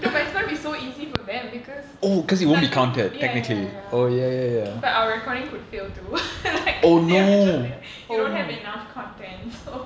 no but it's gonna be so easy for them because nothing ya ya ya but our recording could fail too like you don't have enough content so